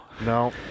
No